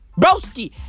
Broski